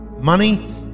Money